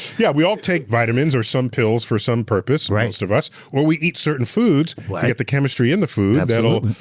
yeah, we all take vitamins or some pills for some purpose, most of us. or we eat certain foods to get the chemistry in the foods that'll,